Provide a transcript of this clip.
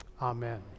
amen